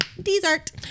dessert